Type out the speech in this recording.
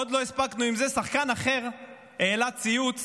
עוד לא הספקנו, שחקן אחר העלה ציוץ